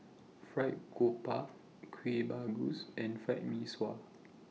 Fried Garoupa Kueh Bugis and Fried Mee Sua